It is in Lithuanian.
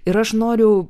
ir aš noriu